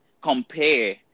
compare